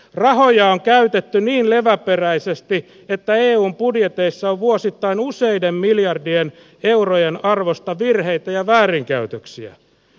rahoja on käytetty niin leväperäisesti että eun budjeteissa on vuosittain useiden miljardien eurojen arvosta virheitä ja väärinkäytöksiä